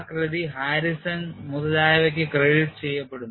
ആ കൃതി ഹാരിസൺ മുതലായവയ്ക്ക് ക്രെഡിറ്റ് ചെയ്യപ്പെടുന്നു